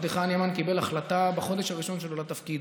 עבדך הנאמן קיבל החלטה בחודש הראשון שלו לתפקיד